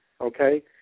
Okay